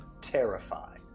terrified